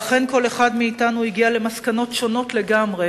ואכן כל אחד מאתנו הגיע למסקנות שונות לגמרי